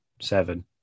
Seven